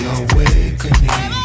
awakening